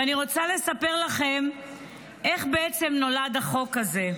ואני רוצה לספר לכם איך בעצם נולד החוק הזה.